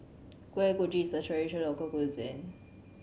Kuih Kochi is a traditional local cuisine